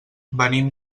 venim